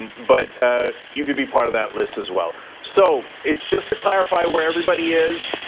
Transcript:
and but ah you could be part of that list as well. so it's just to clarify where everybody is.